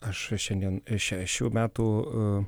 aš šiandien šešių metų